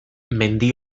mendi